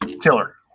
killer